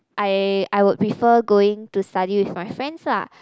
I I would prefer going to study with my friends ah